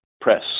press